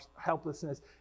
helplessness